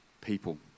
people